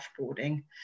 offboarding